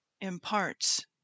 imparts